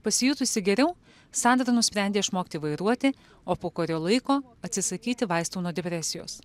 pasijutusi geriau sandra nusprendė išmokti vairuoti o po kurio laiko atsisakyti vaistų nuo depresijos